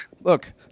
Look